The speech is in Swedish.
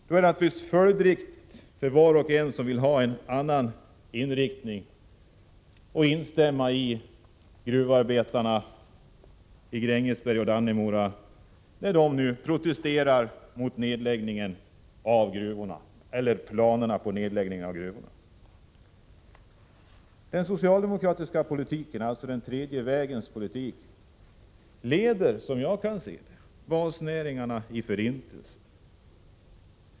Det är naturligt för alla som vill ha en annan inriktning av verksamheten att instämma i protesterna från gruvarbetarna i Grängesberg och Dannemora mot planerna på nedläggning av gruvorna. Den socialdemokratiska politiken — tredje vägens politik — leder såvitt jag kan se basnäringarna in i förintelsen.